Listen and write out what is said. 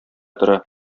тора